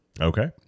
Okay